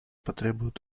потребует